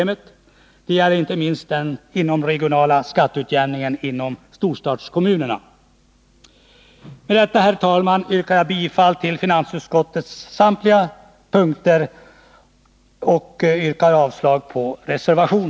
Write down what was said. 7 maj 1981 Det gäller inte minst den inomregionala skatteutjämningen inom storstads Med detta, herr talman, yrkar jag bifall till finansutskottets hemställan på — miska frågor